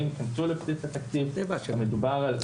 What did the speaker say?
ייכנסו לבסיס התקציב המדובר.